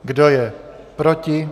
Kdo je proti?